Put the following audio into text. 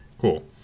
cool